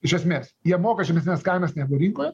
iš esmės jie moka žemesnes kainas negu rinkoje